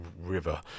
river